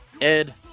Ed